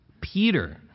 Peter